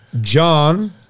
John